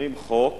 אומרים: חוק